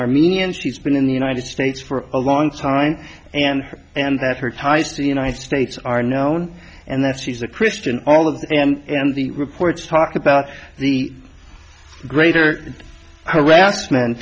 armenian she's been in the united states for a long time and and that her ties to the united states are known and that she's a christian all of that and the reports talk about the greater harassment